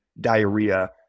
diarrhea